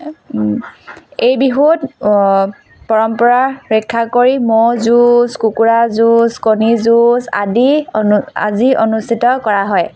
এই বিহুত পৰম্পৰা ৰক্ষা কৰি ম'হ যুঁজ কুকুৰা যুঁজ কণী যুঁজ আদি অনু আজি অনুষ্ঠিত কৰা হয়